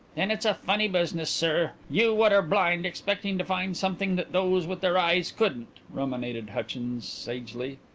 then it's a funny business, sir you what are blind expecting to find something that those with their eyes couldn't, ruminated hutchins sagely.